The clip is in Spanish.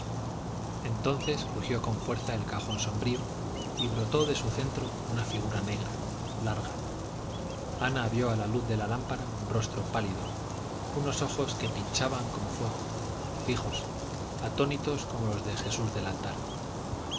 entonces crujió con fuerza el cajón sombrío y brotó de su centro una figura negra larga ana vio a la luz de la lámpara un rostro pálido unos ojos que pinchaban como fuego fijos atónitos como los del jesús del altar